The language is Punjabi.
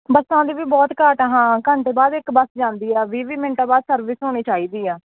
ਬੱਸਾਂ ਦੀ ਵੀ ਬਹੁਤ ਘਾਟ ਆ ਹਾਂ ਘੰਟੇ ਬਾਅਦ ਇੱਕ ਬੱਸ ਜਾਂਦੀ ਆ ਵੀਹ ਵੀਹ ਮਿੰਟਾਂ ਬਾਅਦ ਸਰਵਿਸ ਹੋਣੀ ਚਾਹੀਦੀ ਆ